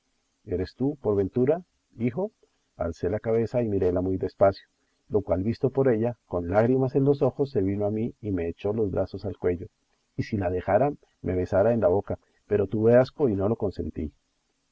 eres tú por ventura hijo alcé la cabeza y miréla muy de espacio lo cual visto por ella con lágrimas en los ojos se vino a mí y me echó los brazos al cuello y si la dejara me besara en la boca pero tuve asco y no lo consentí